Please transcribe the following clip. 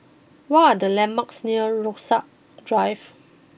what are the landmarks near Rasok Drive